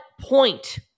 point